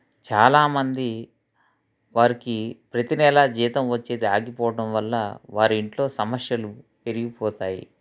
చాలామంది వారికి ప్రతీ నెలా జీతం వచ్చేది ఆగిపోవడం వల్ల వారి ఇంట్లో సమస్యలు పెరిగిపోతాయి